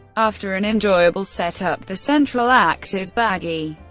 after an enjoyable setup, the central act is baggy,